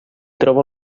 troba